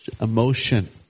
emotion